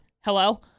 Hello